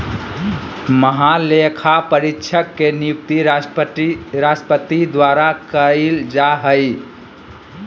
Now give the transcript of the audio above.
महालेखापरीक्षक के नियुक्ति राष्ट्रपति द्वारा कइल जा हइ